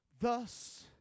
thus